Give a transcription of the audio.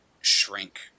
shrink